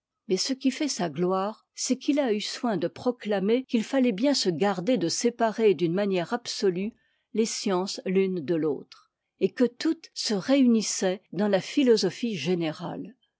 mais ce qui fait sa gloire c'est qu'il a eu soin de proclamer qu'il fallait bien se garder de séparer d'une manière absolue les sciences l'une de l'autre et que toutes se réunissaient dans la philosophie générale